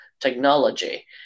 technology